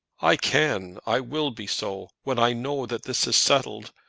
i can. i will be so, when i know that this is settled.